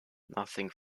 nothing